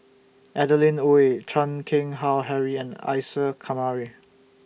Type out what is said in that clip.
Adeline Ooi Chan Keng Howe Harry and Isa Kamari